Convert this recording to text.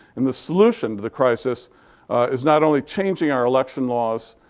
and the solution to the crisis is not only changing our election laws,